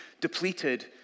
depleted